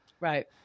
Right